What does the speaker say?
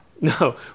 No